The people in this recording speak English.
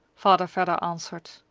father vedder answered.